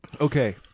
Okay